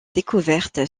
découverte